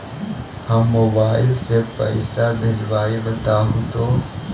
हम मोबाईल से पईसा भेजबई बताहु तो?